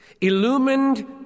illumined